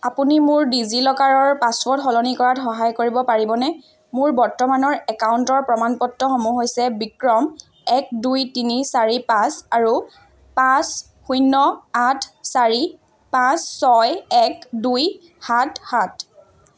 আপুনি মোৰ ডিজি লকাৰৰ পাছৱৰ্ড সলনি কৰাত মোক সহায় কৰিব পাৰিবনে মোৰ বৰ্তমানৰ একাউণ্টৰ প্ৰমাণপত্ৰসমূহ হৈছে বিক্ৰম এক দুই তিনি চাৰি পাঁচ আৰু পাঁচ শূন্য আঠ চাৰি পাঁচ ছয় এক দুই সাত সাত